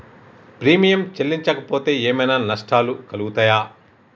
Premium చెల్లించకపోతే ఏమైనా నష్టాలు కలుగుతయా?